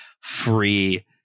free